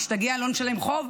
נשתגע ולא נשלם חוב?